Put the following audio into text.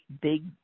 big